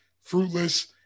fruitless